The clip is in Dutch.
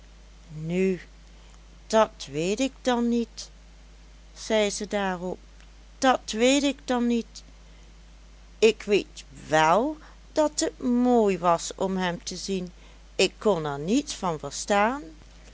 nu dat weet ik dan niet zei ze daarop dat weet ik dan niet ik weet wèl dat het mooi was om hem te zien ik kon er niets van verstaan